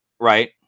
right